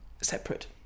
Separate